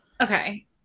Okay